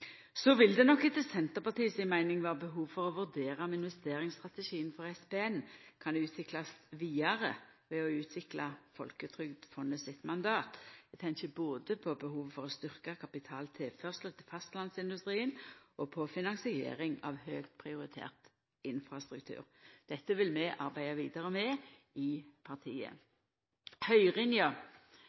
Så vil det nok etter Senterpartiet si meining vera behov for å vurdera om investeringsstrategien for SPN kan utviklast vidare ved å utvikla Folketrygdfondet sitt mandat. Eg tenkjer både på behovet for å styrkja kapitaltilførsel til fastlandsindustrien og på finansiering av høgt prioritert infrastruktur. Dette vil vi arbeida vidare med i partiet.